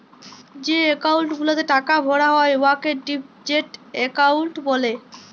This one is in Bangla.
যে একাউল্ট গুলাতে টাকা ভরা হ্যয় উয়াকে ডিপজিট একাউল্ট ব্যলে